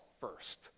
first